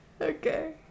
okay